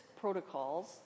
protocols